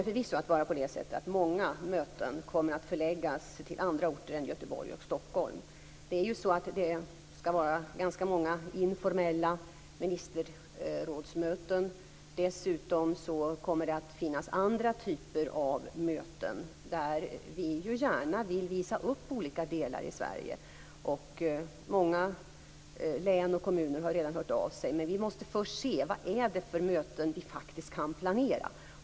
Fru talman! Många möten kommer förvisso att förläggas till andra orter än Göteborg och Stockholm. Det skall ju vara ganska många informella ministerrådsmöten. Dessutom kommer det att vara andra typer av möten. Vi vill ju gärna visa upp olika delar av Sverige, och många län och kommuner har redan hört av sig. Men vi måste först se vilka möten som vi faktiskt kan planera.